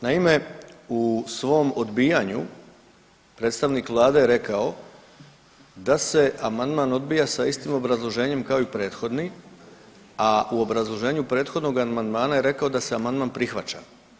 Naime, u svom odbijanju predstavnik vlade je rekao da se amandman odbija sa istim obrazloženjem kao i prethodni, a u obrazloženju prethodnoga amandmana je rekao da se amandman prihvaća.